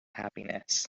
happiness